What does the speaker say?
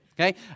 okay